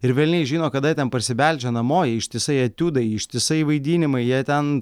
ir velniai žino kada jie ten parsibeldžia namo jie ištisai etiudai ištisai vaidinimai jie ten